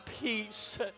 peace